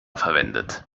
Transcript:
verwendet